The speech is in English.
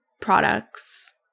products